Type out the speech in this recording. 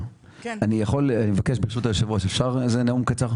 אני מבקש ברשות היושב ראש, אפשר איזה נאום קצר?